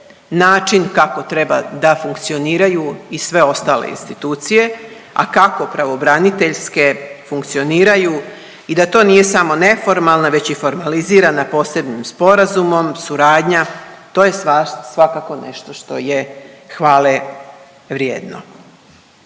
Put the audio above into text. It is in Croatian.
način kako treba da funkcioniraju i sve ostale institucije, a kako pravobraniteljske funkcioniraju i da to nije samo neformalno nego i formalizirana posebnim sporazumom, suradnja, to je svakako nešto što je hvalevrijedno.